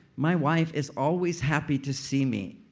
my wife is always happy to see me.